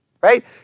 Right